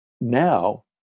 now